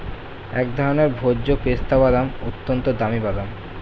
এক ধরনের ভোজ্য পেস্তা বাদাম, অত্যন্ত দামি বাদাম